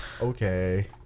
Okay